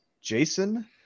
Jason